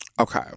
Okay